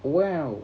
well